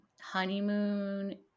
honeymoon